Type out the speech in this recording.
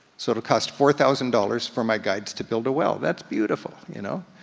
sort of cost four thousand dollars for my guides to build a well, that's beautiful, you know?